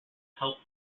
helped